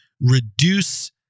reduce